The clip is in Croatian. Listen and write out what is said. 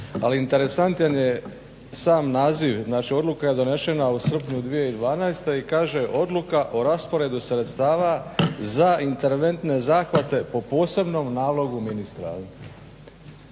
interesantan je sam naziv, znači odluka je donesena u srpnju 2012. i kaže odluka o rasporedu sredstava za interventne zahvate po posebnom nalogu ministra.